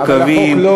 מורכבים,